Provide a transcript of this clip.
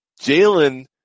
Jalen